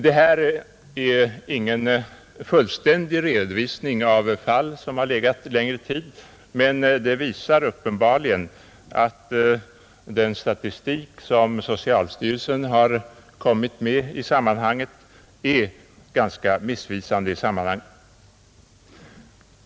Det här är ingen fullständig redovisning av fall som har legat längre tid, men det visar uppenbarligen att den statistik som socialstyrelsen har kommit med är ganska missvisande i sammanhanget.